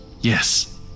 Yes